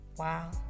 Wow